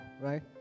right